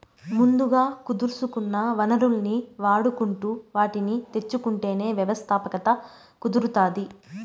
ముందుగా కుదుర్సుకున్న వనరుల్ని వాడుకుంటు వాటిని తెచ్చుకుంటేనే వ్యవస్థాపకత కుదురుతాది